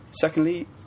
secondly